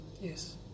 Yes